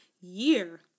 year